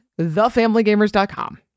thefamilygamers.com